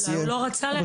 אולי הוא לא רצה להגיע.